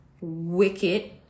wicked